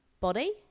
body